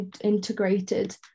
integrated